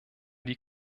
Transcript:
die